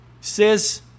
says